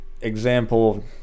example